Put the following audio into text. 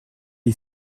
les